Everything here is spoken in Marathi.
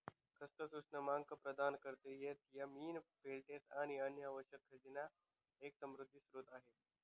खसखस उष्मांक प्रदान करते आणि थियामीन, फोलेट व अन्य आवश्यक खनिज यांचा एक समृद्ध स्त्रोत आहे